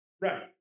Right